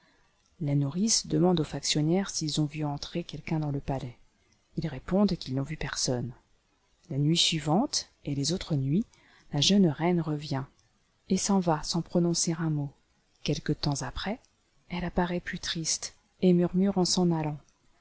la nourrice demande aux factionnaires s'ils ont vu entrer quelqu'un dans le palais ils répondent qu'ils n'ont vu personne la nuit suivante et les autres nuits la jeune reine revient et s'en va sans prononcer un mot quelque temps après elle apparaît plus triste et murmure en s'en allant